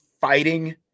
fighting